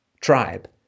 tribe